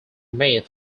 made